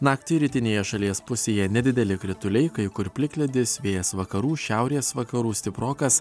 naktį rytinėje šalies pusėje nedideli krituliai kai kur plikledis vėjas vakarų šiaurės vakarų stiprokas